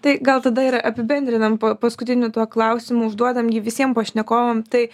tai gal tada ir apibendrinam pa paskutiniu tuo klausimu užduodam jį visiem pašnekovam tai